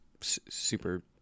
super